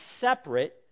separate